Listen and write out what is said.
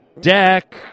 Deck